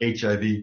HIV